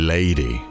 Lady